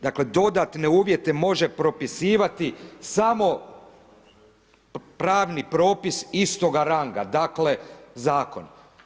Dakle dodatne uvjete može propisivati samo pravni propis istoga ranga dakle zakon.